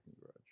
garage